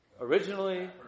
Originally